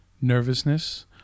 nervousness